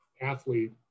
athlete